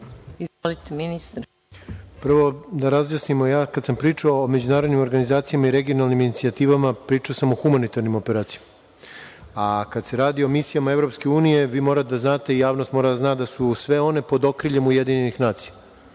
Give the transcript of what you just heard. Đorđević** Prvo, da razjasnimo, ja kada sam pričao o međunarodnim organizacijama i regionalnim inicijativama, pričao sam o humanitarnim operacijama. Kada se radi o misijama EU, vi morate da znate i javnost mora da zna da su sve one pod okriljem UN. Znači,